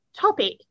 topic